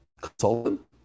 consultant